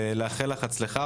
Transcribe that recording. אני מאחל לך בהצלחה,